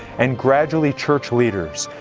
and gradually church leaders,